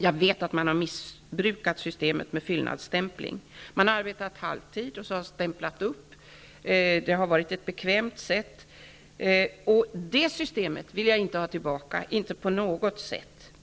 Jag vet att man har missbrukat systemet med fyllnadsstämpling; man har arbetat halvtid och stämplat upp till full lön. Det har varit bekvämt. Det systemet vill jag inte på några villkor ha tillbaka.